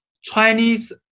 Chinese